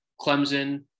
Clemson